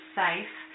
safe